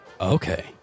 Okay